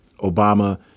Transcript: Obama